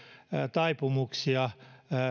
taipumuksia